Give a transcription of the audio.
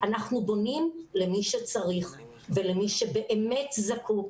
אנחנו בונים למי שצריך ולמי שבאמת זקוק.